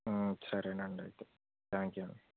సరే అండి అయితే థ్యాంక్ యూ